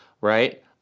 right